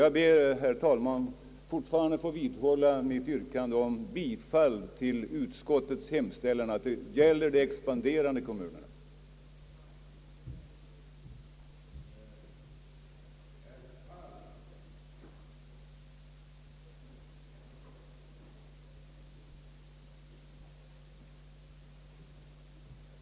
Jag ber, herr talman, att fortfarande få vidhålla mitt yrkande om bifall till utskottets hemställan, som alltså gäller de expanderande kommunerna över huvud taget.